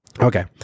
Okay